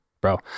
bro